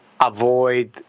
avoid